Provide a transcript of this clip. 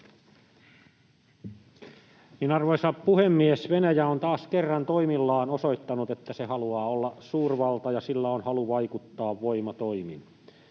Arvoisa puhemies! Venäjä on taas kerran toimillaan osoittanut, että se haluaa olla suurvalta ja sillä on halu vaikuttaa voimatoimin.